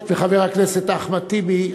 חברת הכנסת רות קלדרון וחבר הכנסת אחמד טיבי,